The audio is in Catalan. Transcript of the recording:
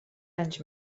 anys